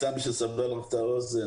כדי לסבר לך את האוזן,